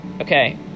okay